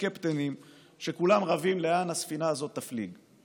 קפטנים שכולם רבים לאן הספינה הזאת תפליג.